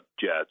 jets